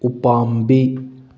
ꯎꯄꯥꯝꯕꯤ